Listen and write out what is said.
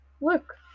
Look